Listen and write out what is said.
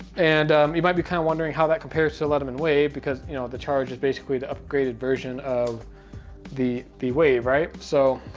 and you might be kind of wondering how that compares to the leatherman wave, because you know, the charge is basically the upgraded version of the the wave, right? so.